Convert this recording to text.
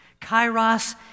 Kairos